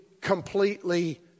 completely